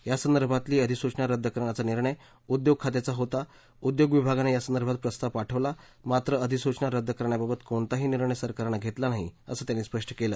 यासंदर्भातली अधिसूचना रद्द करण्याचा निर्णय उद्योग खात्याचा होता उद्योग विभागानं यासंदर्भात प्रस्ताव पाठवला मात्र अधिसूचना रद्द करण्याबाबत कोणताही निर्णय सरकारनं घेतलेला नाही असं त्यांनी स्पष्ट केलं